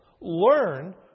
Learn